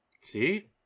See